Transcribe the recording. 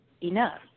enough